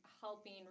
helping